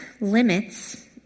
limits